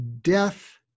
Death